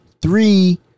Three